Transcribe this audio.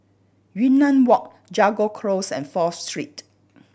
Yunnan Walk Jago Close and Fourth Street